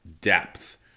depth